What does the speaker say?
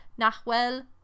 Nahuel